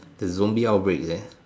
the zombie outbreak is there